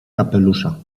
kapelusza